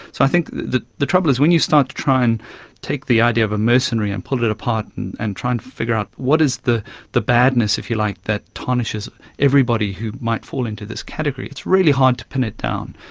so i think the the trouble is when you started to try and take the idea of a mercenary and pull it apart and and try and figure out what is the the badness, if you like, that tarnishes everybody who might fall into this category, it's really hard to pin it down.